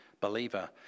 believer